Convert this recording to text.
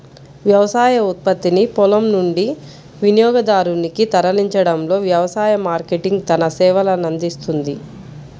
వ్యవసాయ ఉత్పత్తిని పొలం నుండి వినియోగదారునికి తరలించడంలో వ్యవసాయ మార్కెటింగ్ తన సేవలనందిస్తుంది